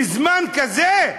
בזמן כזה?